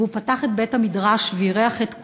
והוא פתח את בית-המדרש ואירח את כולנו.